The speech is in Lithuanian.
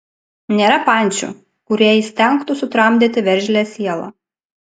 nėra pančių kurie įstengtų sutramdyti veržlią sielą